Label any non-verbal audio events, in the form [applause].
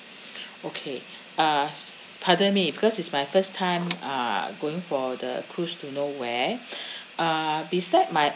okay uh pardon me because it's my first time uh going for the cruise to nowhere [breath] uh beside my